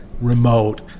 remote